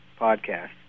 podcast